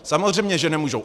Samozřejmě že nemůžou.